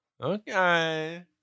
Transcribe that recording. Okay